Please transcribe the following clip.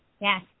Yes